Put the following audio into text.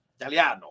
Italiano